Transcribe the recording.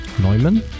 neumann